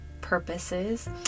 purposes